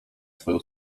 swoją